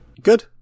Good